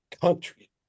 country